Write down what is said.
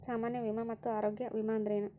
ಸಾಮಾನ್ಯ ವಿಮಾ ಮತ್ತ ಆರೋಗ್ಯ ವಿಮಾ ಅಂದ್ರೇನು?